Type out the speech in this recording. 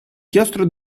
chiostro